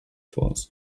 force